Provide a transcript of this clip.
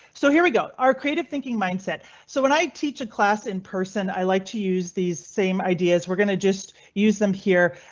so here we go. our creative thinking mindset. so when i teach a class in person, i like to use these same ideas. we're going to just use them here.